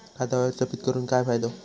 खाता व्यवस्थापित करून काय फायदो?